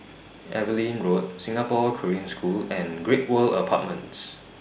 Evelyn Road Singapore Korean School and Great World Apartments